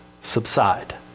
subside